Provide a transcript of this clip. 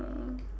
uh